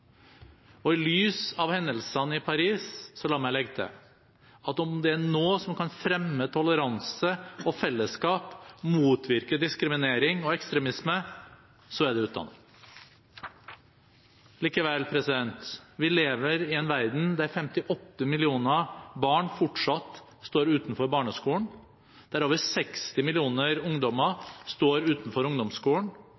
Og i lys av hendelsene i Paris, la meg legge til: Om det er noe som kan fremme toleranse og fellesskap, motvirke diskriminering og ekstremisme, er det utdanning. Likevel, vi lever i en verden der 58 millioner barn fortsatt står utenfor barneskolen, der over 60 millioner ungdommer står utenfor ungdomsskolen,